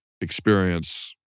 experience